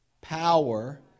power